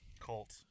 Colt